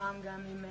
שמתואם גם ועדת